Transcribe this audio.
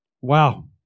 Wow